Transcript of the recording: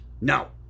No